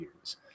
years